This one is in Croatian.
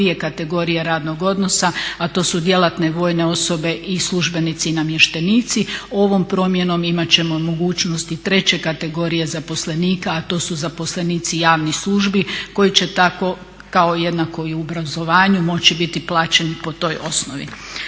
kategorije radnog odnosa, a to su djelatne vojne osobe i službenici i namještenici. Ovom promjenom imat ćemo mogućnosti treće kategorije zaposlenika, a to su zaposlenici javnih službi koji će tako kao jednako i u obrazovanju moći biti plaćeni po toj osnovi.